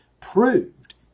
proved